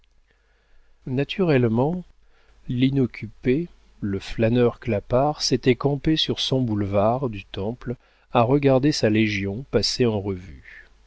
naturellement l'inoccupé le flâneur clapart s'était campé sur son boulevard du temple à regarder sa légion passée en revue